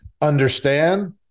understand